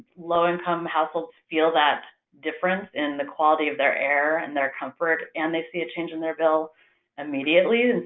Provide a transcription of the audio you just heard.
low-income households feel that difference in the quality of their air and their comfort and they see a change in their bill immediately.